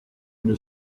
une